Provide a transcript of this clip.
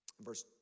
Verse